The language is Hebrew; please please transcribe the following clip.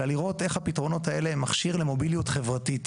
אלא לראות איך הפתרונות האלה הן מכשיר למוביליות חברתית.